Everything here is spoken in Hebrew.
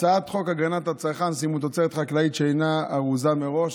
תוצרת חקלאית שאינה ארוזה מראש),